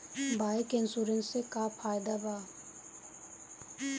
Bike insurance से का फायदा बा?